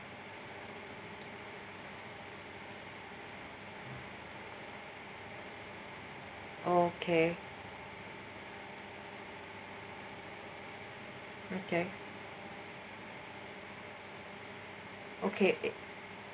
okay okay okay